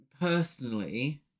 personally